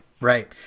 Right